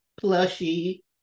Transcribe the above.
plushy